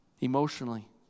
emotionally